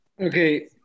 Okay